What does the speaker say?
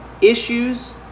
issues